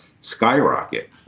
skyrocket